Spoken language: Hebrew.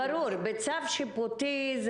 זה פשוט לא נכון.